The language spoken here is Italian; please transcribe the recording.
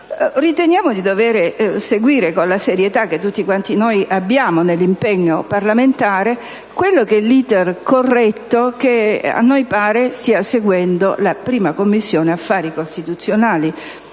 riteniamo di dover seguire, con la serietà che tutti quanti noi abbiamo nell'impegno parlamentare, l'*iter* corretto che a noi pare stia seguendo la 1a Commissione affari costituzionali,